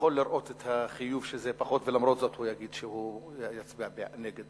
שיכול לראות את החיוב שזה פחות ולמרות זאת הוא יגיד שהוא יצביע נגד.